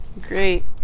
Great